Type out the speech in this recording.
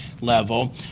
level